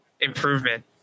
improvement